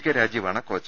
K രാജീവാണ് coach